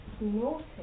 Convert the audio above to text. naughty